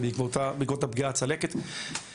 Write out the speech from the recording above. בעקבות הפגיעה הצלקת שיש לו.